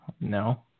No